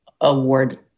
award